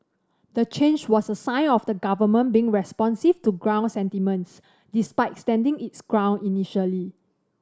the change was a sign of the government being responsive to ground sentiments despite standing its ground initially